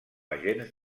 agents